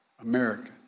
American